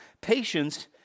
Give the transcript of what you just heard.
patience